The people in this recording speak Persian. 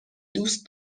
دوست